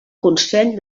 consell